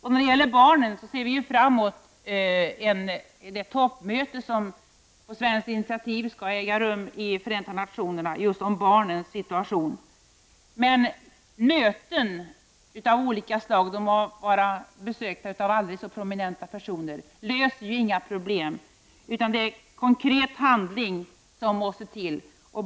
Vi ser fram mot det toppmöte som på svenskt initiativ skall äga rum i Förenta nationerna just om barnens situation, men möten av olika slag — de må vara besökta av aldrig så prominenta personer — löser inte några problem, utan det är konkret handling som måste till.